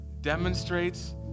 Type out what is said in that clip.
demonstrates